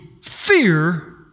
fear